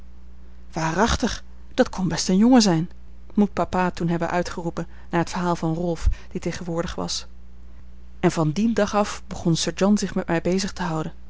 waarachtig dat kon best een jongen zijn moet papa toen hebben uitgeroepen naar t verhaal van rolf die tegenwoordig was en van dien dag af begon sir john zich met mij bezig te houden